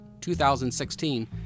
2016